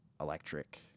electric